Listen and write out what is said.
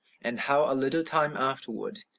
and how a little time afterward,